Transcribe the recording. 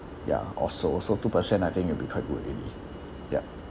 ya also so two percent I think it'll be quite good already ya